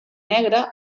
negre